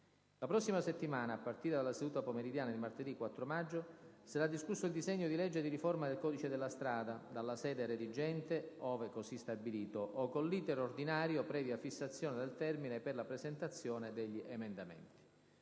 La prossima settimana, a partire dalla seduta pomeridiana di martedì 4 maggio, sarà discusso il disegno di legge di riforma del codice della strada, dalla sede redigente, ove così stabilito, o con l'*iter* ordinario, previa fissazione del termine per la presentazione degli emendamenti.